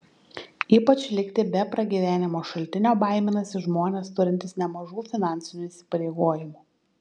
ypač likti be pragyvenimo šaltinio baiminasi žmonės turintys nemažų finansinių įsipareigojimų